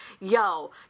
yo